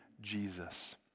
Jesus